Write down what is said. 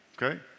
Okay